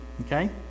Okay